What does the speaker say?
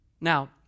Now